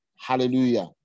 Hallelujah